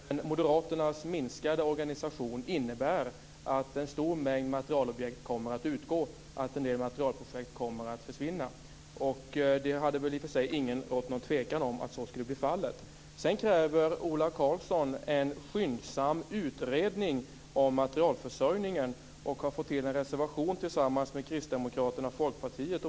Fru talman! Det var ett tydligt klargörande. Även moderaternas minskade organisation innebär att en stor mängd materielobjekt kommer att utgå och att en del materielprojekt kommer att försvinna. Det har i och för sig inte rått något tvivel om att så skulle bli fallet. Ola Karlsson kräver en skyndsam utredning om materielförsörjningen och har fått till en reservation tillsammans med kristdemokraterna och Folkpartiet.